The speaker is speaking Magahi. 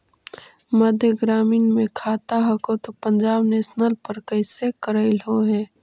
मध्य ग्रामीण मे खाता हको तौ पंजाब नेशनल पर कैसे करैलहो हे?